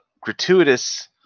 gratuitous